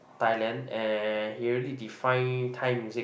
Thailand and he really define Thai music